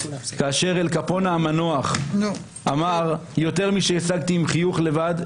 כאשר אל קפונה המנוח אמר: יותר משהשגתי עם חיוך לבד,